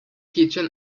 kitchen